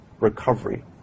recovery